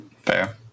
Fair